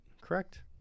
correct